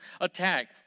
attack